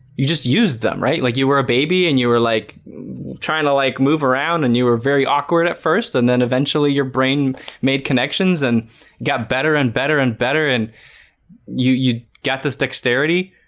you just used them right like you were a baby and you were like trying to like move around and you were very awkward at first and then eventually your brain made connections and got better and better and better and you you got this dexterity.